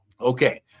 Okay